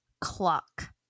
clock